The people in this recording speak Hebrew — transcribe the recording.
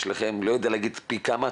יש לכם אני לא יודע לומר פי כמה,